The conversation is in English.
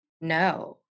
no